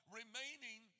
remaining